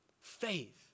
Faith